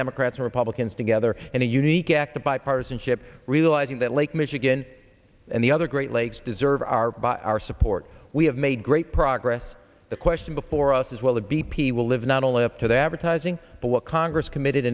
democrats or republicans together in a unique act of bipartisanship realizing that lake michigan and the other great lakes deserve our our support we have made great progress the question before us is well the b p will live not only up to the advertising but what congress committed